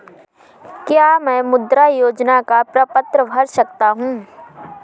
क्या मैं मुद्रा योजना का प्रपत्र भर सकता हूँ?